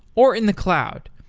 or in the cloud.